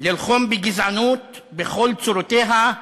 ללחום בגזענות בכל צורותיה,